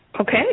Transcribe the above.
Okay